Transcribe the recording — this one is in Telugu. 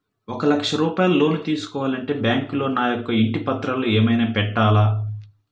ఒక లక్ష రూపాయలు లోన్ తీసుకోవాలి అంటే బ్యాంకులో నా యొక్క ఇంటి పత్రాలు ఏమైనా పెట్టాలా?